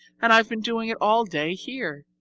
and i've been doing it all day here.